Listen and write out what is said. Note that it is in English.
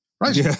right